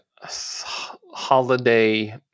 holiday